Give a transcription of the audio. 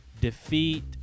defeat